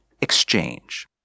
exchange